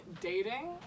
dating